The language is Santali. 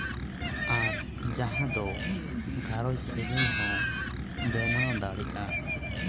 ᱟᱨ ᱡᱟᱦᱟᱸ ᱫᱚ ᱜᱷᱟᱨᱚᱸᱡᱽ ᱥᱟᱹᱜᱟᱹᱭ ᱦᱚᱸ ᱵᱮᱱᱟᱣ ᱫᱟᱲᱮᱜᱼᱟ